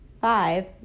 five